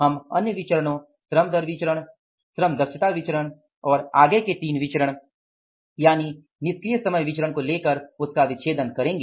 हम अन्य विचरणो श्रम दर विचरण श्रम दक्षता विचरण और आगे के तीन विचरणो यानि निष्क्रिय समय विचरण को लेकर उसका विच्छेदन करेंगे